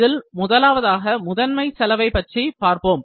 இதில் முதலாவதாக முதன்மை செலவை பற்றி பார்ப்போம்